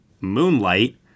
Moonlight